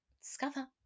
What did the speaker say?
discover